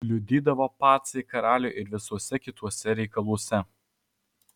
kliudydavo pacai karaliui ir visuose kituose reikaluose